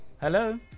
Hello